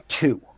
two